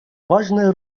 важная